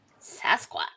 Sasquatch